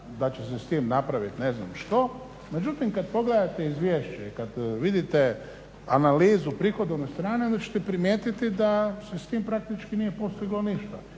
da će se s tim napravit ne znam što. Međutim, kad pogledate izvješće i kad vidite analizu prihodovne strane onda ćete primijetiti da se s tim praktički nije postiglo ništa.